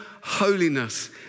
holiness